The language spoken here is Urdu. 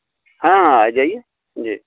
ہاں آ جائیے جی